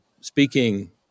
speaking